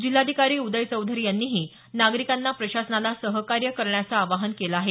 जिल्हाधिकारी उदय चौधरी यांनीही नागरिकांना प्रशासनाला सहकार्य करण्याचं आवाहन केलं आहे